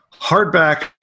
hardback